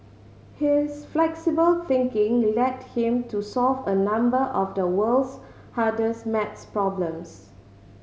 his flexible thinking led him to solve a number of the world's hardest maths problems